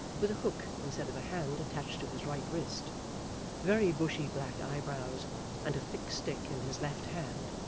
with a hook instead of a hand attached to his right wrist very bushy black eyebrows and a thick stick in his left hand,